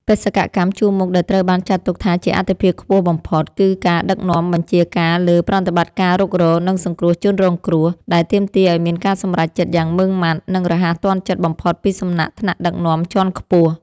បេសកកម្មជួរមុខដែលត្រូវបានចាត់ទុកថាជាអាទិភាពខ្ពស់បំផុត គឺការដឹកនាំបញ្ជាការលើប្រតិបត្តិការរុករក និងសង្គ្រោះជនរងគ្រោះ ដែលទាមទារឱ្យមានការសម្រេចចិត្តយ៉ាងម៉ឺងម៉ាត់ និងរហ័សទាន់ចិត្តបំផុតពីសំណាក់ថ្នាក់ដឹកនាំជាន់ខ្ពស់។